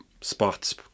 spots